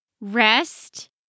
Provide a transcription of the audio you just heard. Rest